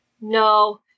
No